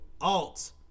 alt